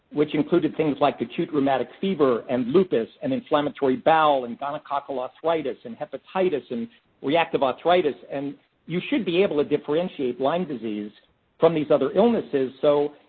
which included things like acute rheumatic fever and lupus and inflammatory bowel and gonococcal arthritis and hepatitis and reactive arthritis. and you should be able to differentiate lyme disease from these other illnesses. so,